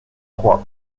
trois